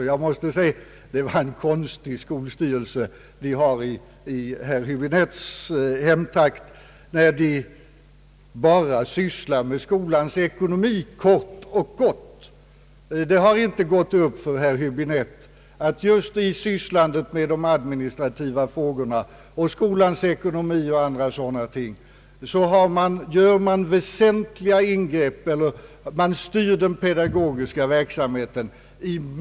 Men jag måste säga att det är en konstig skolstyrelse man har i herr Höäbinettes hemtrakter, om man bara sysslar med skolans ekonomi kort och gott. Det har inte gått upp för herr Häöbinette att skolstyrelserna, i samband med att de handlägger administrativa frågor, skolornas ekonomi 0o.s.v., i mycket stor utsträckning även styr den pedagogiska verksamheten.